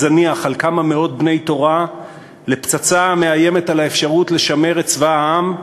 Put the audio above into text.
זניח לכמה מאות בני תורה לפצצה המאיימת על האפשרות לשמר את צבא העם,